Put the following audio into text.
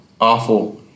awful